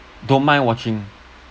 don't mind watching